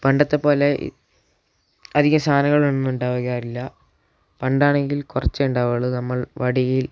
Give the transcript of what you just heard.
പണ്ടത്തെ പോലെ അധികം സാധനങ്ങളൊന്നും ഉണ്ടാകാറില്ല പണ്ട് ആണെങ്കിൽ കുറച്ചു ഉണ്ടാവുകയുളളൂ നമ്മൾ വടിയിൽ